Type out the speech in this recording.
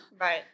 Right